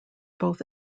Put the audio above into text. both